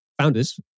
founders